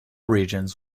regions